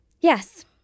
yes